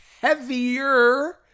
heavier